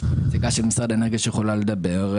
יש פה נציגה של משרד האנרגיה, שיכולה לדבר.